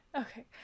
Okay